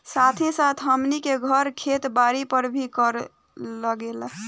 साथ ही साथ हमनी के घर, खेत बारी पर भी कर लागेला